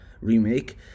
remake